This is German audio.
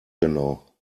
genau